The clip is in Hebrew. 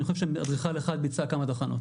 אני חושב שאדריכל אחד ביצע כמה תחנות.